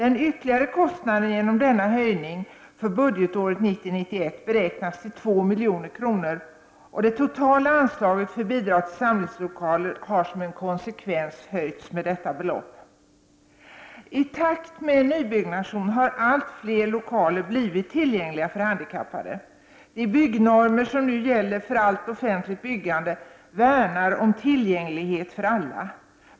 Den ytterligare kostnaden genom denna höjning för budgetåret 1990/91 beräknas till 2 milj.kr., och det totala anslaget för bidrag till samlingslokaler har som en konsekvens höjts med detta belopp. I takt med nybyggnation har allt fler lokaler blivit tillgängliga för handikappade. I de byggnormer som nu gäller för allt offentligt byggande värnar man om tillgänglighet för alla.